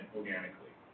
organically